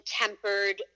tempered